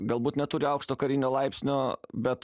galbūt neturi aukšto karinio laipsnio bet